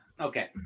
Okay